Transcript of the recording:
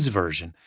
version